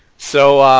so,